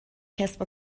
کسب